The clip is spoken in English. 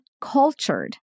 cultured